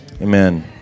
amen